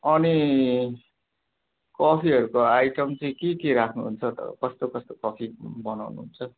अनि कफिहरूको आइटम चाहिँ के के राख्नुहुन्छ हो तपाईँले कस्तो कस्तो कफि बनाउँनुहुन्छ